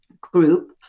group